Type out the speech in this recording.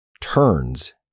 turns